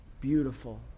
Beautiful